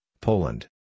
Poland